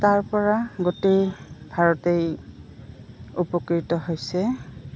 তাৰপৰা গোটেই ভাৰতেই উপকৃত হৈছে